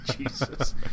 Jesus